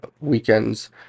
weekends